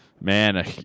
Man